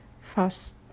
fast